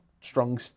strong